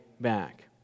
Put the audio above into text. back